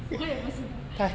我也不知道